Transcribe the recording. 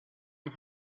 and